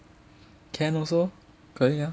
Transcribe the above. can also 可以 ah